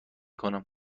کنم